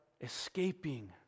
escaping